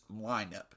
lineup